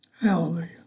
Hallelujah